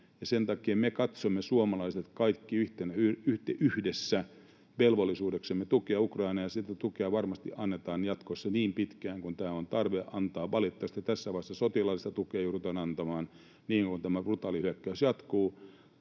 sen takia me suomalaiset katsomme kaikki yhdessä velvollisuudeksemme tukea Ukrainaa, ja sitä tukea varmasti annetaan jatkossa niin pitkään kuin on tarve antaa. Valitettavasti tässä vaiheessa sotilaallista tukea joudutaan antamaan niin kauan kuin tämä brutaali hyökkäys jatkuu.